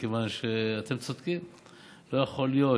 מכיוון שאתם צודקים: לא יכול להיות,